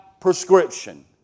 prescription